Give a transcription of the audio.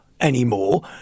anymore